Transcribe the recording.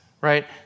right